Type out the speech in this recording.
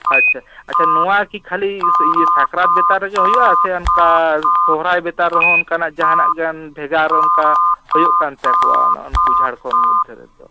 ᱟᱪᱪᱷᱟ ᱟᱪᱪᱷᱟ ᱱᱚᱣᱟ ᱠᱤ ᱠᱷᱟᱞᱤ ᱤᱭᱟᱹ ᱥᱟᱠᱨᱟᱛ ᱵᱮᱛᱟᱞ ᱨᱮᱜᱮ ᱦᱩᱭᱩᱜᱼᱟ ᱥᱮ ᱚᱱᱠᱟ ᱥᱚᱦᱨᱟᱭ ᱵᱮᱛᱟᱞ ᱨᱮᱦᱚᱸ ᱚᱱᱠᱟᱱᱟᱜ ᱡᱟᱦᱟᱸᱱᱟᱜ ᱜᱮ ᱵᱷᱮᱜᱟᱨ ᱚᱱᱠᱟ ᱦᱩᱭᱩᱜ ᱠᱟᱱ ᱛᱟᱠᱚᱣᱟ ᱩᱱᱠᱩ ᱡᱷᱟᱲᱠᱷᱚᱱ ᱢᱮᱫᱽᱫᱷᱮ ᱨᱮᱫᱚ